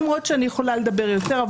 למרות שאני יכולה לדבר יותר,